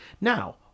now